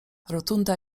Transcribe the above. rotunda